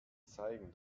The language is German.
zeigen